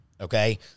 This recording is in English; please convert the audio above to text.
okay